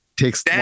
takes